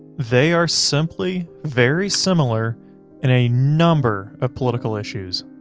they are simply very similar in a number of political issues.